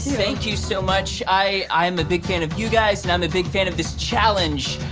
thank you so much. i am a big fan of you guys and i'm a big fan of this challenge.